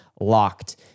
locked